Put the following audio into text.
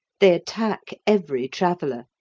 they attack every traveller,